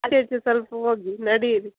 ಅದೆ ಸ್ವಲ್ಪ ಹೋಗಿ ನಡೀರಿ